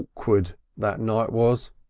awkward that night was.